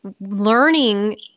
learning